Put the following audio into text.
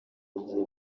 imburagihe